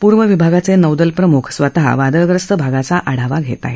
पूर्व विभागाचे नौदल प्रमुख स्वतः वादळग्रस्त भागाचा आढावा घेत आहेत